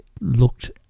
looked